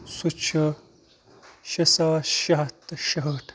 سُہ چھُ شیٚے ساس شیٚے ہَتھ تہٕ شُہٲٹھ